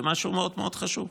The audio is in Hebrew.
זה משהו מאוד חשוב.